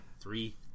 Three